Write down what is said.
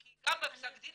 כי גם בפסק הדין